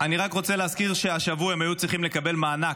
אני רק רוצה להזכיר שהשבוע הם היו צריכים לקבל מענק,